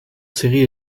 séries